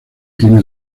tiene